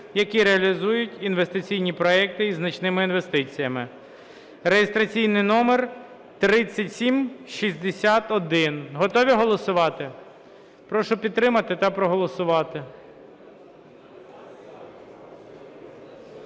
які реалізують інвестиційні проекти зі значними інвестиціями (реєстраційний номер 3761). Готові голосувати? Прошу підтримати та проголосувати.